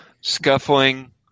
scuffling